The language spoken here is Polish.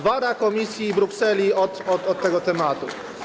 Wara Komisji i Brukseli od tego tematu.